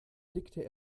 blickte